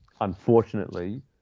unfortunately